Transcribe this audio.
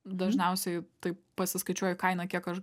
dažniausiai tai pasiskaičiuoju kainą kiek aš